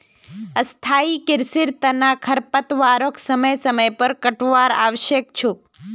स्थाई कृषिर तना खरपतवारक समय समय पर काटवार आवश्यक छोक